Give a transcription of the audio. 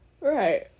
Right